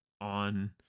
on